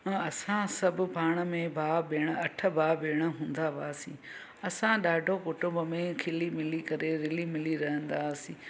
ऐं असां सभु पाण में भाउ भेण अठ भाउ भेण हूंदा हुआसीं असां ॾाढो कुटुम्ब में खिली करे रिली मिली रहंदा हुआसीं